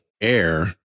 air